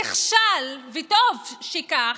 נכשל, וטוב שכך,